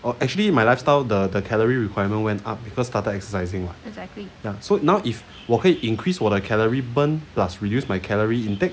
well actually my lifestyle the calorie requirement when people started exercising so now if 我可以 increase 我的 calorie burn plus reduce my calorie intake